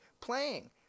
playing